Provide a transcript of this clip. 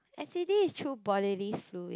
s_t_d is through bodily fluid